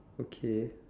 okay